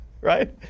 Right